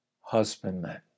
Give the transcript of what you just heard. husbandman